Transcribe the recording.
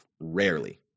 rarely